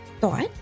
thought